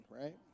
right